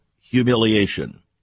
humiliation